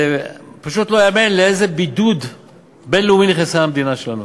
זה פשוט לא ייאמן לאיזה בידוד בין-לאומי נכנסה המדינה שלנו